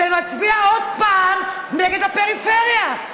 ומצביע עוד פעם נגד הפריפריה.